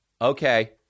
okay